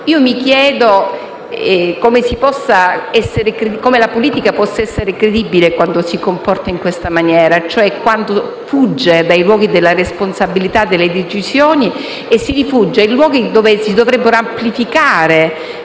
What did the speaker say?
Io mi chiedo come la politica possa essere credibile quando si comporta in questa maniera, cioè quando fugge dai luoghi della responsabilità e delle decisioni e si rifugia in luoghi dove si dovrebbero amplificare